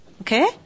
okay